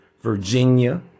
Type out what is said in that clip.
Virginia